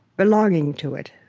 belonging to it.